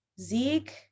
Zeke